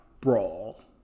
Brawl